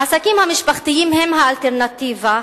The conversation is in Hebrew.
העסקים המשפחתיים הם האלטרנטיבה,